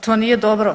To nije dobro.